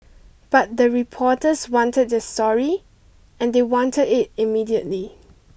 but the reporters wanted their story and they wanted it immediately